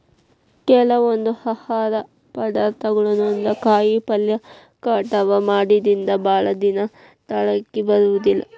ಕೆಲವೊಂದ ಆಹಾರ ಪದಾರ್ಥಗಳು ಅಂದ್ರ ಕಾಯಿಪಲ್ಲೆ ಕಟಾವ ಮಾಡಿಂದ ಭಾಳದಿನಾ ತಾಳಕಿ ಬರುದಿಲ್ಲಾ